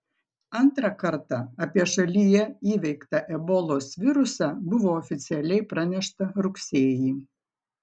antrą kartą apie šalyje įveiktą ebolos virusą buvo oficialiai pranešta rugsėjį